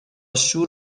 شور